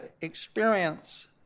experience